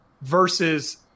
versus